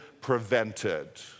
prevented